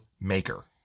maker